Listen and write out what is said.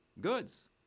goods